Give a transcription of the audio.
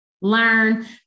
learn